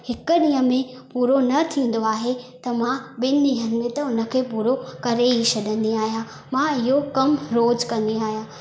हिकु ॾींहं में पूरो न थींदो आहे त मां ॿिनि ॾींहनि में त उन खे पूरो करे ई छॾींदी आहियां मां इहो कमु रोज़ु कंदी आहियां